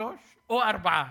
שלושה או ארבעה.